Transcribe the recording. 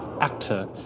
actor